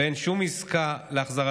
ובאופק אין שום עסקה להחזרתם.